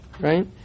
right